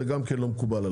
זה גם כן לא מקובל עליי.